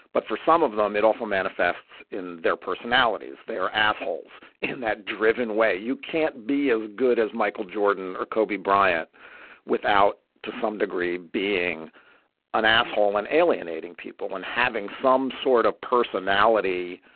but for some of them, it also manifests in their personalities. they are assholes in that driven way. you can't be as good as michael jordan or kobe bryant without to some degree being an asshole and alienating people and having some sort of personality,